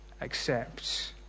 accepts